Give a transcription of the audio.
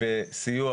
בסיוע,